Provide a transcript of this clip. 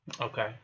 Okay